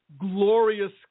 glorious